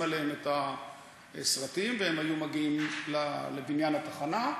עליהם את הסרטים והם היו מגיעים לבניין התחנה.